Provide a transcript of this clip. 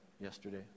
yesterday